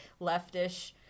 leftish